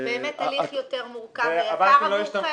שיותר מהר, ערן יעקב,